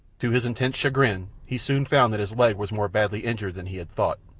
to his intense chagrin he soon found that his leg was more badly injured than he had thought,